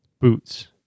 boots